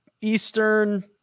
Eastern